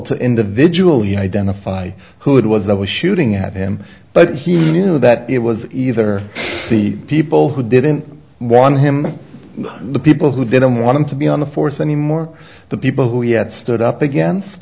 to individual you identify who it was that was shooting at him but he knew that it was either the people who didn't want him the people who didn't want to be on the force anymore the people who he had stood up against